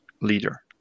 leader